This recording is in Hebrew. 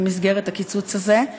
במסגרת הקיצוץ הזה?